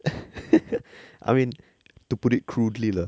I mean to put it crudely lah